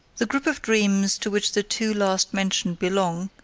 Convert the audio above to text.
the group of dreams to which the two last mentioned belong,